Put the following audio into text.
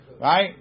Right